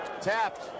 tapped